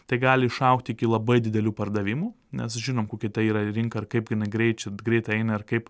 tai gali išaugt iki labai didelių pardavimų nes žinom kokia tai yra rinka ir kaip jinai greit čia greit eina ir kaip